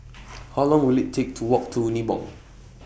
How Long Will IT Take to Walk to Nibong